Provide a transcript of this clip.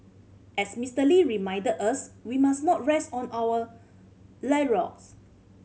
as Mister Lee reminded us we must not rest on our laurels